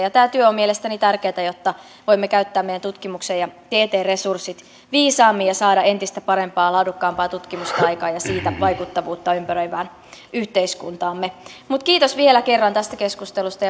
tämä työ on mielestäni tärkeätä jotta voimme käyttää meidän tutkimuksen ja tieteen resurssit viisaammin ja saada entistä parempaa ja laadukkaampaa tutkimusta aikaan ja siitä vaikuttavuutta ympäröivään yhteiskuntaamme kiitos vielä kerran tästä keskustelusta